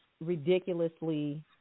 ridiculously